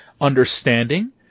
understanding